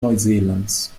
neuseelands